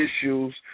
issues